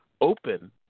open